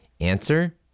Answer